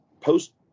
Post